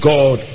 God